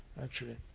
actually.